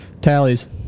tallies